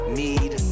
need